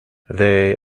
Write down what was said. they